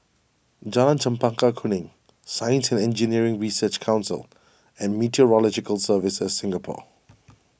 Jalan Chempaka Kuning Science and Engineering Research Council and Meteorological Services Singapore